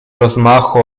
rozmachu